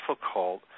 difficult